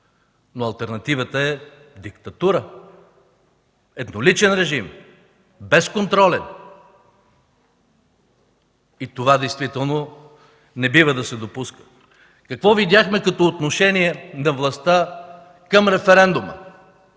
но алтернативата е диктатура, едноличен режим – безконтролен! Това действително не бива да се допуска. Какво видяхме като отношение на властта към референдума,